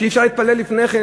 שאי-אפשר להתפלל לפני כן,